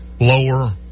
Lower